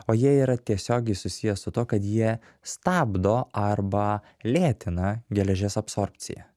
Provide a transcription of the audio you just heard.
o jie yra tiesiogiai susiję su tuo kad jie stabdo arba lėtina geležies absorbciją